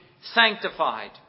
sanctified